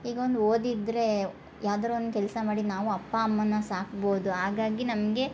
ಈಗ ಒಂದು ಓದಿದ್ರೆ ಯಾವುದಾರು ಒಂದು ಕೆಲಸ ಮಾಡಿ ನಾವು ಅಪ್ಪ ಅಮ್ಮನ್ನ ಸಾಕ್ಬೋದು ಹಾಗಾಗಿ ನಮಗೆ